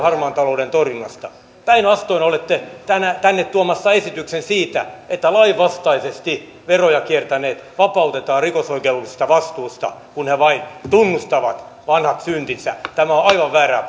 harmaan talouden torjunnasta leikataan voimavaroja päinvastoin olette tänne tuomassa esityksen siitä että lainvastaisesti veroja kiertäneet vapautetaan rikosoikeudellisesta vastuusta kun he vain tunnustavat vanhat syntinsä tämä on aivan väärää